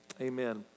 Amen